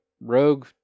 rogue